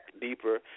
deeper